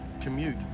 commute